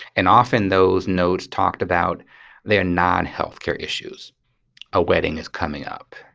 and often, those notes talked about their non-health care issues a wedding is coming up